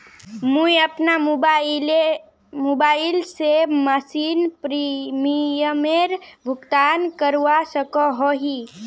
मुई अपना मोबाईल से मासिक प्रीमियमेर भुगतान करवा सकोहो ही?